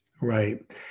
Right